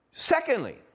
Secondly